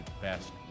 best